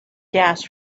gas